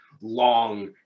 long